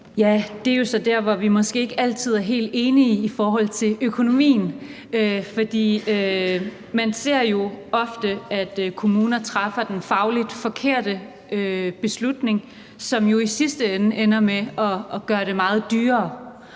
Ja, det er jo så der, hvor vi måske ikke altid er helt enige i forhold til økonomien. For man ser jo ofte, at kommuner træffer den fagligt forkerte beslutning, som i sidste ende ender med at gøre det meget dyrere.